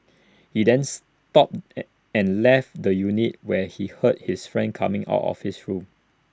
he then stopped an and left the unit when he heard his friend coming out of his room